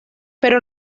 pero